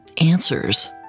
answers